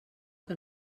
que